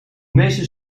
meeste